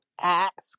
ask